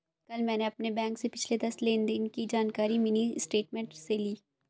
कल मैंने अपने बैंक से पिछले दस लेनदेन की जानकारी मिनी स्टेटमेंट से ली